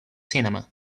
cinema